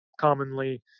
commonly